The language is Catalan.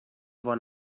bon